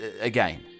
again